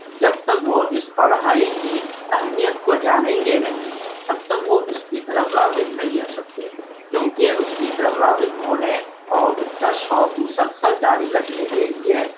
جب تک وہ اس پڑھائی کی اہمیت کو جانیں گے نہیں تب تک وہ اس کی طرف راغب نہیں ہو سکتے کیوںکہ اس کی طرف راغب ہونے اور اس کا شوق مسلسل جاری رکھنے کے لیے